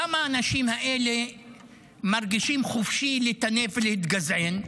למה האנשים האלה מרגישים חופשי לטנף ולהתגזען?